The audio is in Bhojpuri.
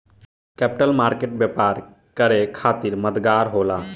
कैपिटल मार्केट व्यापार करे खातिर मददगार होला